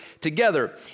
together